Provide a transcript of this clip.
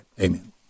Amen